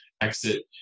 exit